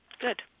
Good